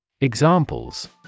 Examples